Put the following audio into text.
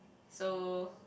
so